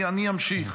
אני אמשיך.